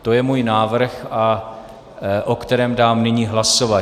To je můj návrh, o kterém dám nyní hlasovat.